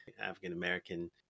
african-american